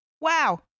Wow